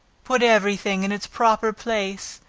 put every thing in its proper place,